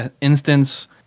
instance